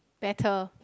better